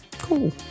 Cool